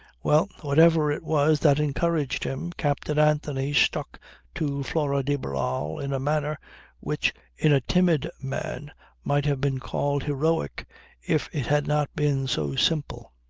well, whatever it was that encouraged him, captain anthony stuck to flora de barral in a manner which in a timid man might have been called heroic if it had not been so simple.